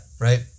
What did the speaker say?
right